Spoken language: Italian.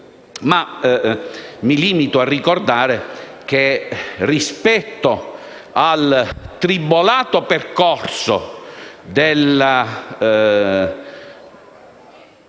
3. Mi limito a ricordare che, rispetto al tribolato percorso dell'Atto